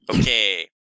Okay